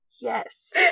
Yes